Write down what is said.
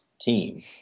team